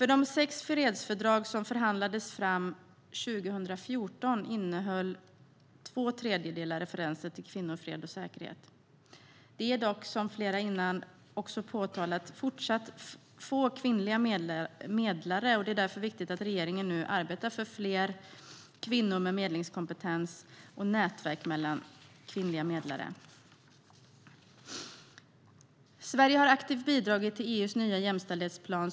Av de sex fredsfördrag som förhandlades fram 2014 innehöll två tredjedelar referenser till kvinnor, fred och säkerhet. Det är dock, vilket flera redan har påpekat, fortsatt få kvinnliga medlare. Det är därför viktigt att regeringen arbetar för fler kvinnor med medlingskompetens och nätverk mellan kvinnliga medlare. Sverige har aktivt bidragit till EU:s nya jämställdhetsplan.